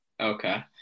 okay